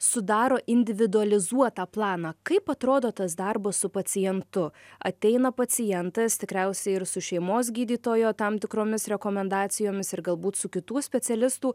sudaro individualizuotą planą kaip atrodo tas darbas su pacientu ateina pacientas tikriausiai ir su šeimos gydytojo tam tikromis rekomendacijomis ir galbūt su kitų specialistų